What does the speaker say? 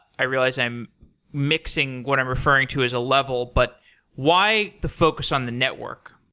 i realize i'm mixing what i'm referring to as a level. but why the focus on the network?